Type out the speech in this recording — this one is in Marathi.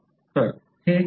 तर हे एक उदाहरण आहे